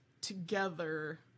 together